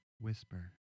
whisper